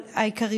תודה.